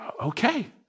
Okay